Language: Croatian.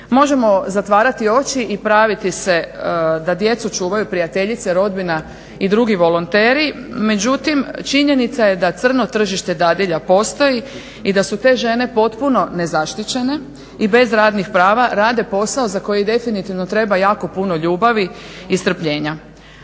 Možemo zatvarati oči i praviti se da djecu čuvaju prijateljice, rodbina i drugi volonteri, međutim činjenica je da crno tržište dadilja postoji i da su te žene potpuno nezaštićene i bez radnih prava. Rade posao za koji definitivno trebaj jako puno ljubavi i strpljenja.